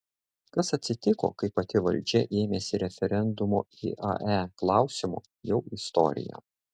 kas atsitiko kai pati valdžia ėmėsi referendumo iae klausimu jau istorija